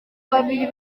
babiri